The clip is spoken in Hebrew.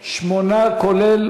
שמונה, כולל